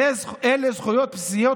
או אולי שר הביטחון ושרת הפנים,